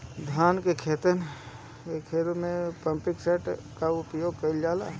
धान के ख़हेते में पम्पसेट का उपयोग कइल जाला?